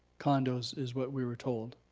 condos is what we were told.